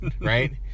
right